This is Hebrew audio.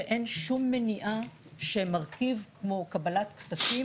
שאין שום מניעה שמרכיב כמו קבלת כספים